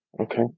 Okay